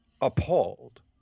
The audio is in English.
appalled